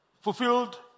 Fulfilled